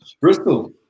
Bristol